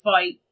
fight